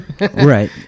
right